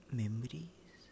memories